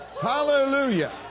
Hallelujah